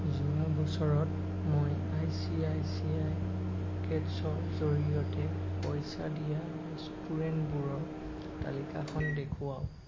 যোৱা বছৰত মই I C I C I পকেটছ্ৰ জৰিয়তে পইচা দিয়া ৰেষ্টুৰেণ্টবোৰৰ তালিকাখন দেখুৱাওক